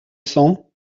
cents